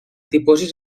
dipòsits